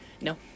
No